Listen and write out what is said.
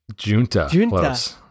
Junta